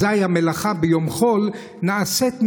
אזיי המלאכה ביום חול נעשית מאליה.